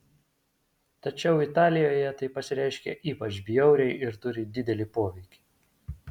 tačiau italijoje tai pasireiškia ypač bjauriai ir turi didelį poveikį